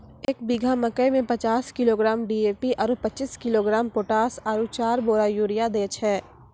एक बीघा मे मकई मे पचास किलोग्राम डी.ए.पी आरु पचीस किलोग्राम पोटास आरु चार बोरा यूरिया दैय छैय?